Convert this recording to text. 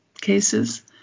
cases